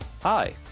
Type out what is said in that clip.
Hi